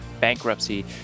bankruptcy